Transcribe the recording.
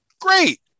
Great